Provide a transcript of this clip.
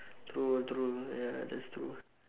true true ya that's true